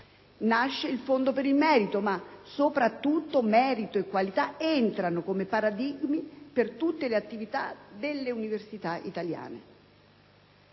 Nasce il Fondo per il merito ma, soprattutto, merito e qualità entrano come paradigmi per tutte le attività delle università italiane.